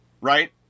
Right